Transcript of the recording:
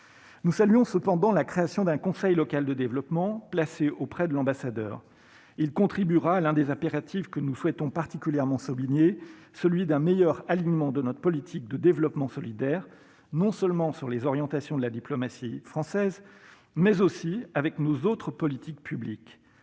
Nous saluons cependant la création d'un conseil local du développement, placé auprès de l'ambassadeur. Il contribuera à l'un des impératifs que nous souhaitons particulièrement souligner : celui d'un meilleur alignement de notre politique de développement solidaire, non seulement avec les orientations de la diplomatie française, mais aussi avec nos autres politiques publiques.